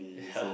ya